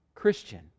Christian